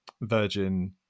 virgin